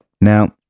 Now